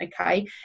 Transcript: Okay